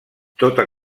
tota